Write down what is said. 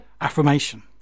Affirmation